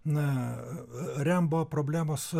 na rembo problemos